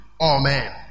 Amen